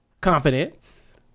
confidence